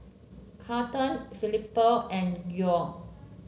Carlton Felipe and Geo